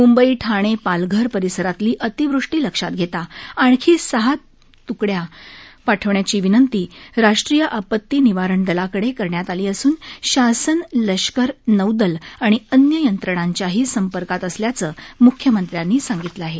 मुंबई ठाणे पालघर परिसरातली अतिवृष्टी लक्षात घेता आणखी सहा तुकड़या पाठवण्याची विनंती राष्ट्रीय आपती निवारण दलाकडे करण्यात आली असून शासन लष्कर नौदल आणि अन्य यंत्रणांच्याही संपर्कात असल्याचं मुख्यमंत्र्यांनी सांगितलं आहे